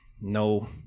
no